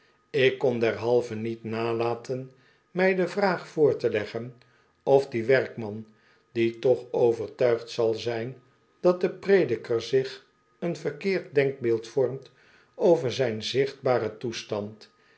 ik kon derhalve niet nalaten mij de vraag voor te leggen of die werkman cl ie toch overtuigd zal zijn dat de prediker zich een verkeerd denkbeeld vormt over fijn zichtbaren toestand